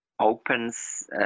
opens